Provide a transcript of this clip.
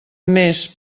més